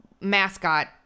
mascot